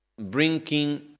bringing